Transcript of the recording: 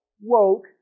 woke